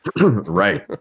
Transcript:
Right